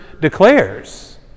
declares